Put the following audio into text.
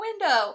window